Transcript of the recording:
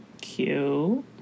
Cute